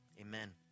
amen